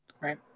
Right